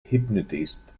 hypnotist